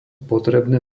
potrebné